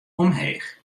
omheech